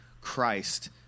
Christ